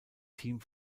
team